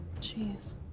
Jeez